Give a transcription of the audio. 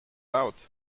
out